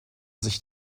sich